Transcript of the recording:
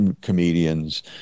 comedians